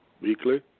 weekly